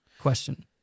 question